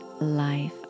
life